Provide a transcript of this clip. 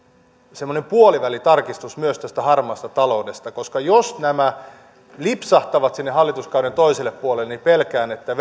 semmoinen puolivälitarkistus myös tästä harmaasta taloudesta koska jos nämä lipsahtavat sinne hallituskauden toiselle puolelle niin pelkään että